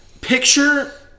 picture